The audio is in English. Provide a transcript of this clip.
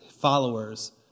followers